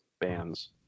bands